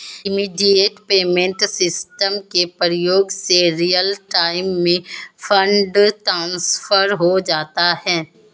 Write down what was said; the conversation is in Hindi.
इमीडिएट पेमेंट सिस्टम के प्रयोग से रियल टाइम में फंड ट्रांसफर हो जाता है